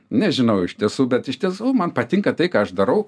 nežinau iš tiesų bet iš tiesų man patinka tai ką aš darau